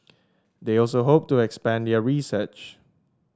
they also hope to expand their research